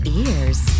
ears